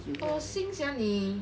恶心 sia 你